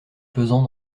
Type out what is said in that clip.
pesant